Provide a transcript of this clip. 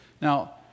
Now